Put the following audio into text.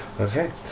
Okay